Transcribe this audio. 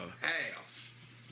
Half